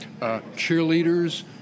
Cheerleaders